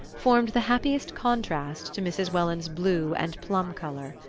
formed the happiest contrast to mrs. welland's blue and plum-colour.